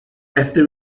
after